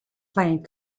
playing